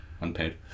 Unpaid